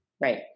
Right